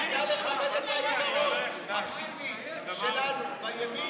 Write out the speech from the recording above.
תדע לכבד את העיקרון הבסיסי שלנו בימין,